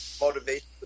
motivation